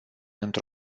într